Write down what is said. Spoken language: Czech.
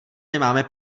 nemáme